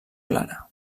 clara